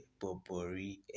Popori